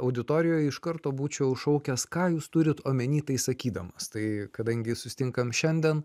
auditorijoj iš karto būčiau šaukęs ką jūs turit omeny tai sakydamas tai kadangi susitinkame šiandien